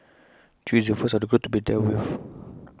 chew is the first of the group to be dealt with